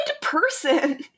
person